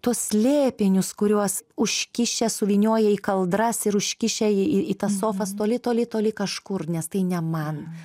tuos slėpinius kuriuos užkišę suvynioję į kaldras ir užkišę į tą sofas toli toli toli kažkur nes tai ne man